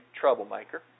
troublemaker